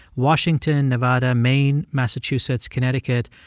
washington, nevada, maine, massachusetts, connecticut,